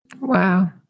Wow